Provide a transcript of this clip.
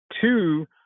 Two